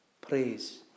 Praise